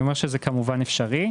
זה כמובן אפשרי.